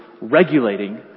regulating